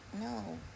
No